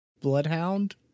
bloodhound